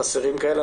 חסרים כאלה.